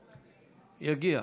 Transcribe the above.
יגיע.